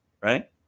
right